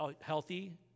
healthy